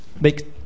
make